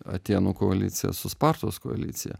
atėnų koalicija su spartos koalicija